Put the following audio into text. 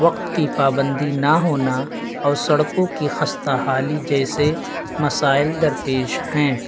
وقت کی پابندی نہ ہونا اور سڑکوں کی خستہ حالی جیسے مسائل درپیش ہیں